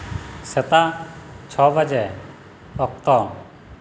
ᱥᱮᱛᱟᱜ ᱪᱷᱚ ᱵᱟᱡᱮ ᱚᱠᱛᱚ